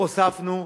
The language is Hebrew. הוספנו,